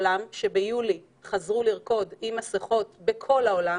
ביולי חזרו לרקוד עם מסכות בכל העולם,